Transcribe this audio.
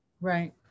Right